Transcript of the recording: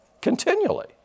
continually